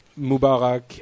Mubarak